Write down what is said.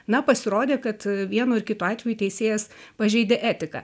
na pasirodė kad vienu ir kitu atveju teisėjas pažeidė etiką